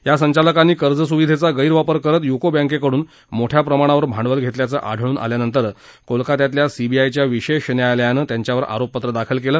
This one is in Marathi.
या संचालकांनी कर्ज सुविधेचा गैरवापर करत युको बँकेकडून मोठ्या प्रमाणावर भांडवल घेतल्याचं आढळून आल्यानंतर कोलकात्यातल्या सीबीआयच्या विशेष न्यायालयानं त्यांच्यावर आरोपपत्र दाखल केलं